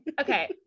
Okay